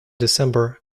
december